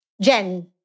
Jen